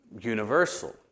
universal